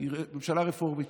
ממשלה רפורמית.